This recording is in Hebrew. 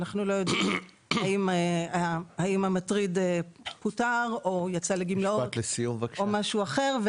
אנחנו לא יודעים האם המטריד פוטר או יצא לגמלאות או משהו אחר.